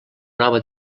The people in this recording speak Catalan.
nova